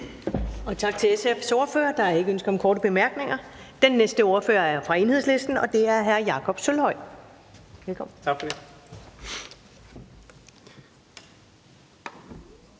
Tak til SF's ordfører. Der er ikke noget ønske om korte bemærkninger. Den næste ordfører er fra Enhedslisten, og det er hr. Jakob Sølvhøj. Velkommen. Kl.